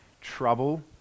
trouble